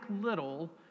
little